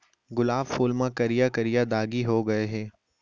गुलाब फूल म करिया करिया दागी हो गय हे